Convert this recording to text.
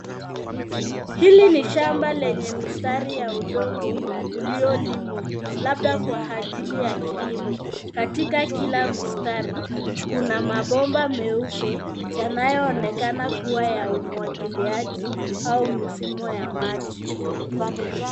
Hili ni shamba lenye mistari ya udongo uliolimwa labda kwa ajili ya kilimo katika kila mstari, kuna mabomba meupe yanayoonekana kua ya umwagiliaji au mifumo ya maji.